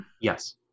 yes